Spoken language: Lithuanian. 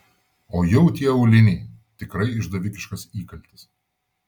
o jau tie auliniai tikrai išdavikiškas įkaltis